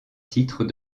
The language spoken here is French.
titre